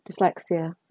dyslexia